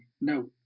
No